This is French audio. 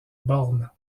bornes